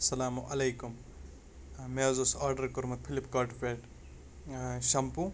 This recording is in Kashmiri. اَلسَلامُ علیکُم مےٚ حظ اوٗس آرڈَر کوٚرمُت فِلِپکارٹ پٮ۪ٹھ ٲں شَمپوٗ